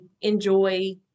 enjoy